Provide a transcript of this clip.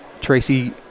Tracy